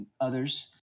Others